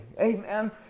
Amen